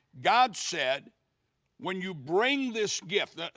god said when you bring this gift,